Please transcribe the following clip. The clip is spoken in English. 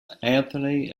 anthony